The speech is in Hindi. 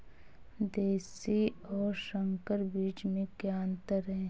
देशी और संकर बीज में क्या अंतर है?